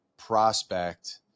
prospect